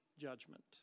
judgment